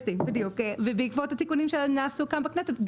בעקבות התיקונים שנעשו כאן בכנסת,